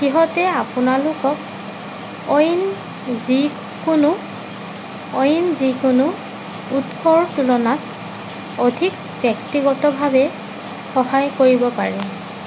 সিহঁতে আপোনালোকক অইন যিকোনো অইন যিকোনো উৎসৰ তুলনাত অধিক ব্যক্তিগতভাৱে সহায় কৰিব পাৰে